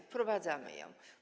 Wprowadzamy ją.